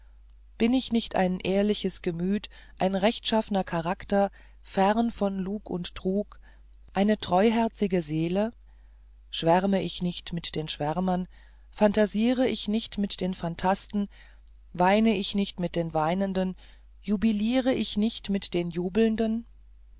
bin ich nicht ein ehrliches gemüt ein rechtschaffner charakter fern von lug und trug eine treuherzige seele schwärme ich nicht mit den schwärmern phantasiere ich nicht mit den phantasten weine ich nicht mit den weinenden jubiliere ich nicht mit den jubelnden